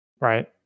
Right